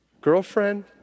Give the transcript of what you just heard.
girlfriend